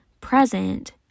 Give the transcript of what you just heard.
present